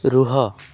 ରୁହ